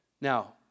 Now